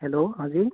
hello हाँ जी